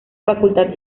facultad